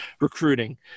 recruiting